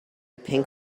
pink